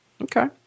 Okay